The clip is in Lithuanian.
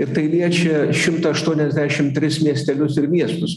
ir tai liečia šimtą aštuoniasdešim tris miestelius ir miestus